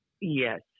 yes